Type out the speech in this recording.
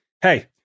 hey